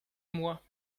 moi